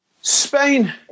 Spain